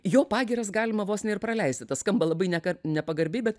jo pagyras galima vos ne ir praleisti tas skamba labai neka nepagarbiai bet